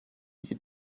you